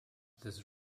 this